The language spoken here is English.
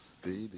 Baby